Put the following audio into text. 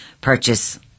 purchase